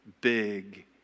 big